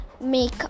make